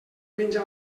menja